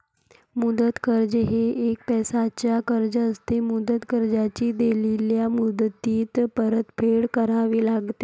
मुदत कर्ज हे एक पैशाचे कर्ज असते, मुदत कर्जाची दिलेल्या मुदतीत परतफेड करावी लागते